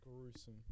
gruesome